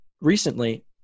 recently